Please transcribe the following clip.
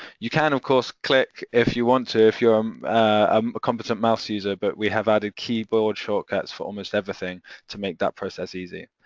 you can, of course, click if you want to, if you're um um a competent mouse user but we have added keyboard shortcuts for almost everything to make that process easy,